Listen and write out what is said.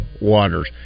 Waters